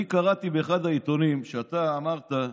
אני קראתי באחד העיתונים שאתה אמרת,